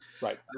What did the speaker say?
right